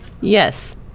yes